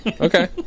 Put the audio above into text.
Okay